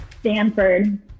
Stanford